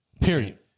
Period